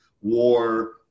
war